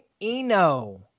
Eno